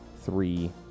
three